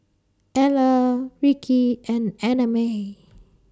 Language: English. Eller Rickie and Annamae